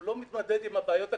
הוא לא מתמודד עם הבעיות הקשות.